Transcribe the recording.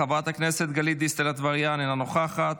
חברת הכנסת גלית דיסטל אטבריאן, אינה נוכחת,